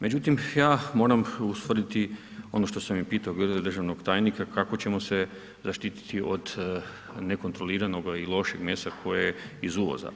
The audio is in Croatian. Međutim, ja moram ustvrditi ono što sam i pitao državnog tajnika kako ćemo se zaštiti od nekontroliranoga i lošeg mesa koji je iz uvoza.